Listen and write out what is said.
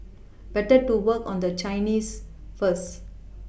better to work on the Chinese first